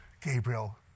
Gabriel